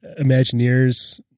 Imagineers